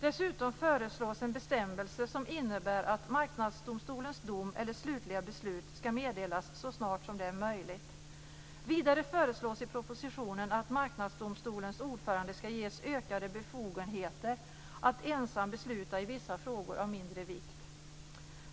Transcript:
Dessutom föreslås en bestämmelse som innebär att Marknadsdomstolens dom eller slutliga beslut skall meddelas så snart som det är möjligt. Vidare föreslås i propositionen att Marknadsdomstolens ordförande skall ges ökade befogenheter att ensam besluta i vissa frågor av mindre vikt.